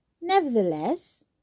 Nevertheless